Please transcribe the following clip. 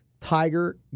Tiger